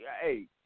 hey